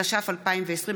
התש"ף 2020,